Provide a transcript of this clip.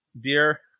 beer